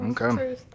okay